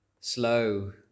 slow